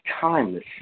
timeless